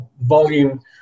volume